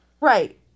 Right